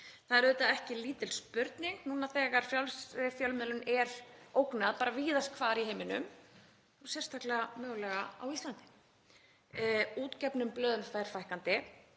Það er auðvitað ekki lítil spurning núna þegar frjálsri fjölmiðlun er ógnað bara víðast hvar í heiminum og sérstaklega mögulega á Íslandi. Útgefnum blöðum fer fækkandi,